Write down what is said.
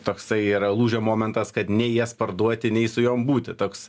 toksai yra lūžio momentas kad nei jas parduoti nei su jom būti toks